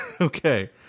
Okay